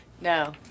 no